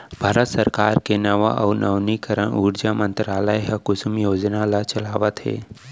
भारत सरकार के नवा अउ नवीनीकरन उरजा मंतरालय ह कुसुम योजना ल चलावत हे